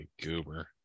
goober